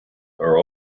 are